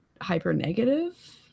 hyper-negative